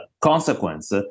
consequence